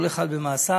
כל אחד במעשיו.